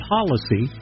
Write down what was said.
Policy